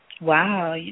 Wow